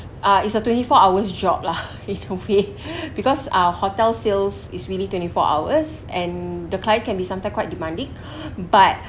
ah it's a twenty four hours job lah in a way because our hotel sales is really twenty four hours and the client can be sometime quite demanding but